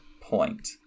point